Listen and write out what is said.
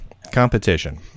Competition